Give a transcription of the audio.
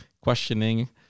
questioning